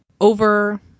over